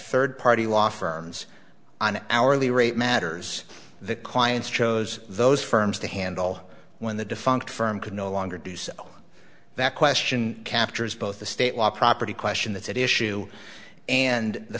third party law firms on an hourly rate matters the clients chose those firms to handle when the defunct firm could no longer do so that question captures both the state law property question that's at issue and the